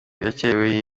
yakererewe